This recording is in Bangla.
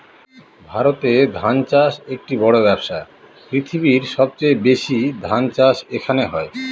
ভারতে ধান চাষ একটি বড়ো ব্যবসা, পৃথিবীর সবচেয়ে বেশি ধান চাষ এখানে হয়